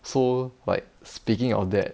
so like speaking of that